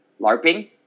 LARPing